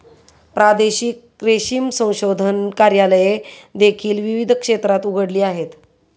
प्रादेशिक रेशीम संशोधन कार्यालये देखील विविध क्षेत्रात उघडली आहेत